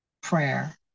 prayer